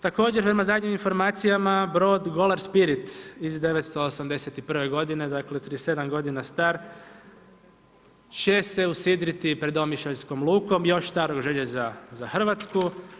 Također, prema zadnjim informacijama brod ... Spirit iz '981. godine, dakle 37 godina star će se usidriti pred Omišaljskom lukom, još starog željeza za Hrvatsku.